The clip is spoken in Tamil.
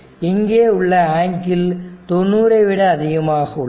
இங்கே உள்ள அங்கிள் 90 விட அதிகமாக உள்ளது